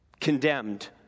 Condemned